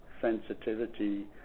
sensitivity